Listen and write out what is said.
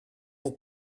pour